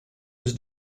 was